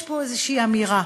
יש פה איזושהי אמירה,